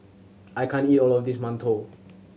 I can't eat all of this mantou